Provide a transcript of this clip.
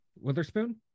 Witherspoon